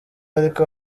ariko